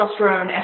testosterone